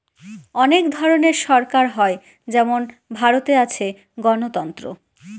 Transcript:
অনেক ধরনের সরকার হয় যেমন ভারতে আছে গণতন্ত্র